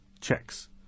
checks